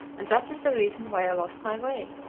and that is the reason why i lost my way.